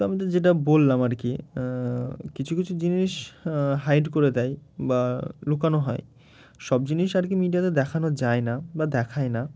তো আমি তো যেটা বললাম আর কি কিছু কিছু জিনিস হাইড করে দেয় বা লুকানো হয় সব জিনিস আর কি মিডিয়াতে দেখানো যায় না বা দেখায় না